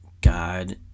God